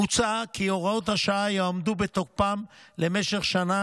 מוצע כי הוראות השעה יעמדו בתוקפן למשך שנה